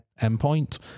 endpoint